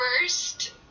first